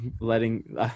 letting –